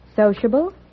sociable